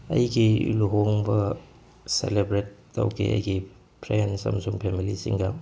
ꯑꯩꯒꯤ ꯂꯨꯍꯣꯡꯕ ꯁꯦꯂꯦꯕ꯭ꯔꯦꯠ ꯇꯧꯈꯤ ꯑꯩꯒꯤ ꯐ꯭ꯔꯦꯟꯁ ꯑꯃꯁꯨꯡ ꯐꯦꯃꯤꯂꯤꯁꯤꯡꯒ